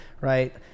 right